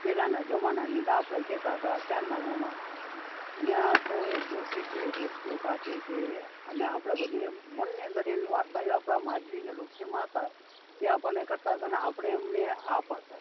પહેલાના જમાનામાં તો આપળે ય કેતા તા ચાંદા મામા ન્યાતો એક ડોશી છે રેતીઓ કાંતે છે અને આપળે બધુ એમ મનની અંદર એવી વાર્તાયુ આપળા માજી અને ડોશીમા હતા એ આપણને કરતાં તાને આપળે એમને હા પાળતા તા